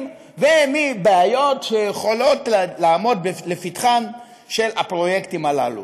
ומבעיות שיכולות לעמוד לפתחם של הפרויקטים הללו.